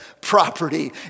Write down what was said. property